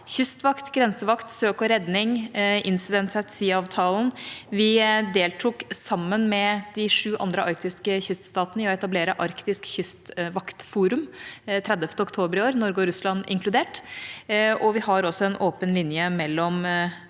kystvakt, grensevakt, søk og redning, Incident at Seaavtalene. Vi deltok i – sammen med de sju andre arktiske kyststatene – å etablere Arktisk kystvaktforum 30. oktober i år, Norge og Russland inkludert. Vi har også en åpen linje mellom